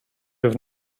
have